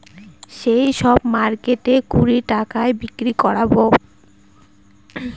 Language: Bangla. সেই সব মার্কেটে কুড়ি টাকায় বিক্রি করাবো